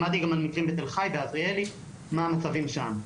שמעתי גם על מקרים בתל חי ועזריאלי, מה המצבים שם.